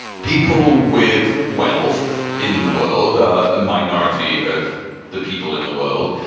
people with wealth in the world, a minority of the people in the world,